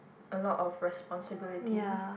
a lot of responsibilities